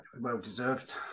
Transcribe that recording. Well-deserved